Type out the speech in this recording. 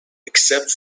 except